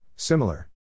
Similar